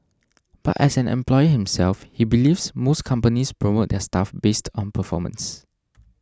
but as an employer himself he believes most companies promote their staff based on performance